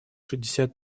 шестьдесят